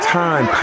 time